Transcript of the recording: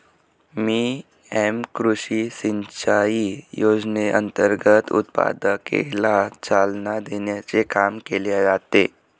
PM कृषी सिंचाई योजनेअंतर्गत उत्पादकतेला चालना देण्याचे काम केले जाते